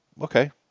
okay